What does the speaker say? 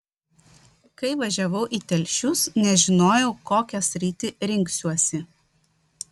kai važiavau į telšius nežinojau kokią sritį rinksiuosi